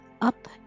up